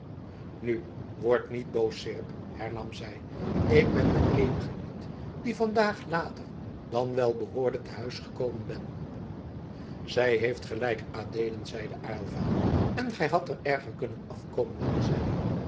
nu word niet boos seerp hernam zij ik ben de eenige niet die vandaag later dan wel behoorde te huis gekomen ben zij heeft gelijk adeelen zeide aylva en gij hadt er erger kunnen afkomen dan zij